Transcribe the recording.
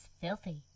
filthy